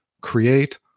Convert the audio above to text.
Create